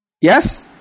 Yes